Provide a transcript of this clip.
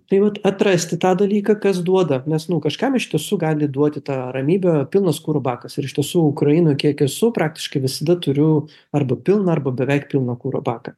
tai vat atrasti tą dalyką kas duoda nes nu kažkam iš tiesų gali duoti tą ramybę pilnas kurų bakas ir iš tiesų ukrainoj kiek esu praktiškai visada turiu arba pilną arba beveik pilną kuro baką